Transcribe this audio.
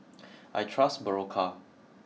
I trust Berocca